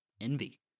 envy